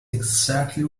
exactly